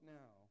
now